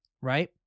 right